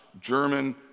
German